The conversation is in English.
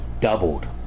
Doubled